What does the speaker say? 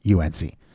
UNC